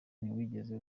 ntiwigeze